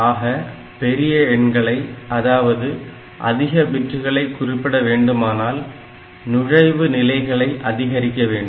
ஆக பெரிய எண்களை அதாவது அதிக பிட்டுகளை குறிப்பிட வேண்டுமானால் நுழைவு நிலைகளை அதிகரிக்க வேண்டும்